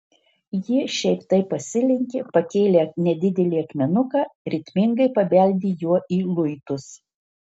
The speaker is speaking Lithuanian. ji šiaip taip pasilenkė pakėlė nedidelį akmenuką ritmingai pabeldė juo į luitus